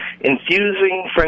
infusing